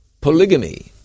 polygamy